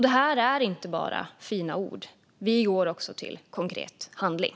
Detta är inte bara fina ord. Vi går också till konkret handling.